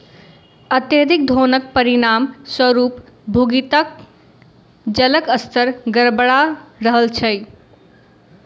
अत्यधिक दोहनक परिणाम स्वरूप भूमिगत जलक स्तर गड़बड़ा रहल छै